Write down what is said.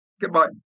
Goodbye